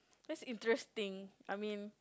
that's interesting I mean